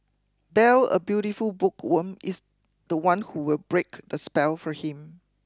Belle a beautiful bookworm is the one who will break the spell for him